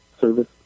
service